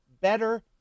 better